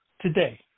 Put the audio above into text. today